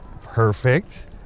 Perfect